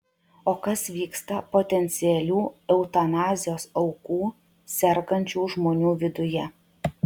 o kas vyksta potencialių eutanazijos aukų sergančių žmonių viduje